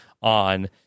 on